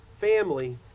family